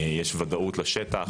יש ודאות לשטח.